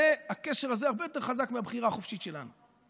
הקשר הזה הרבה יותר חזק מהבחירה החופשית שלנו,